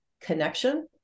connection